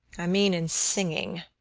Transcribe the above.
i mean, in singing